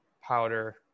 powder